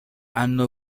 hanno